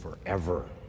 forever